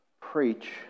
preach